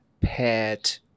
pet